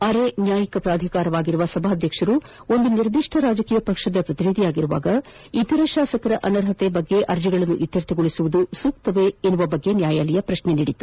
ಅರೆ ನ್ಯಾಯಿಕ ಪ್ರಾಧಿಕಾರವಾಗಿರುವ ಸಭಾಧ್ಯಕ್ಷರು ಒಂದು ನಿರ್ದಿಷ್ಟ ರಾಜಕೀಯ ಪಕ್ಷ ಪ್ರತಿನಿಧಿಯಾಗಿರುವಾಗ ಇತರ ಶಾಸಕರ ಅನರ್ಹತೆ ಕುರಿತ ಅರ್ಜಿಗಳನ್ನು ಇತ್ಯರ್ಥಗೊಳಿಸುವುದು ಸೂಕ್ತವೇ ಎಂಬ ಬಗ್ಗೆ ನ್ಯಾಯಾಲಯ ಪ್ರಶ್ನಿಸಿದೆ